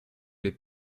les